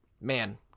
man